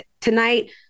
tonight